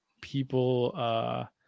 people